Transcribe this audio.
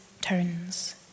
turns